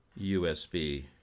USB